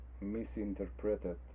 misinterpreted